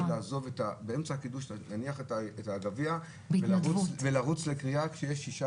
באמצע הקידוש להניח את הגביע ולרוץ לקריאה שיש שישה